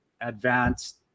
advanced